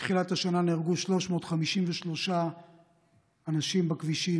מתחילת השנה נהרגו 353 אנשים בכבישים.